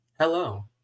Hello